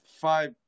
five